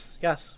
yes